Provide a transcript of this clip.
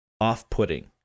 off-putting